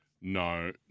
No